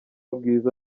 bwiza